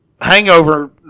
hangover